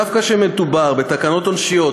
דווקא כשמדובר בתקנות עונשיות,